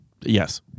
yes